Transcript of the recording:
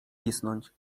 pisnąć